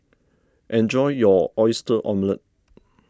enjoy your Oyster Omelette